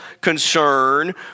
concern